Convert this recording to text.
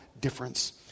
difference